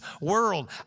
world